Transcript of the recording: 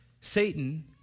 Satan